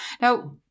Now